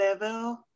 level